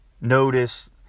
notice